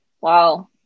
wow